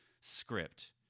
script